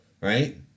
right